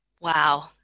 Wow